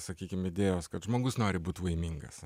sakykim idėjos kad žmogus nori būt laimingas